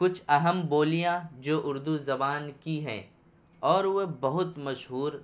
کچھ اہم بولیاں جو اردو زبان کی ہیں اور وہ بہت مشہور